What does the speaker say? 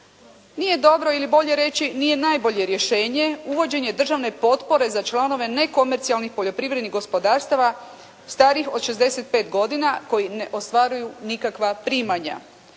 Nije dobro ili bolje reći nije najbolje rješenje uvođenje državne potpore za članove nekomercijalnih poljoprivrednih gospodarstava starijih od 65 godina koji ne ostvaruju nikakva primanja.